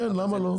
למה לא?